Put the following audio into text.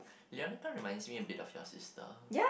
yeah remind me of a bit of your sister